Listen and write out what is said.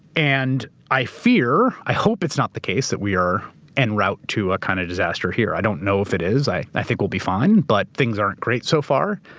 and i fear, i hope it's not the case that we are en route to a kind of disaster here. i don't know if it is. i i think we'll be fine, but things aren't great so far.